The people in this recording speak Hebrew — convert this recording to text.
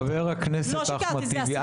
חבר הכנסת אחמד טיבי,